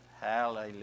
Hallelujah